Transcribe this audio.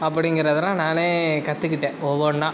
அப்படிங்குறதுல்லாம் நானே கற்றுக்கிட்டேன் ஒவ்வொன்றா